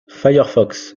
firefox